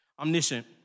Omniscient